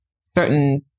certain